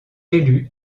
élus